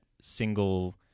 single